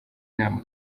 inama